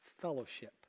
fellowship